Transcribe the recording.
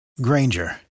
Granger